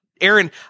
Aaron